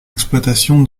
exploitation